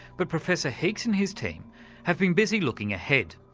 but professor heek's and his team have been busy looking ahead,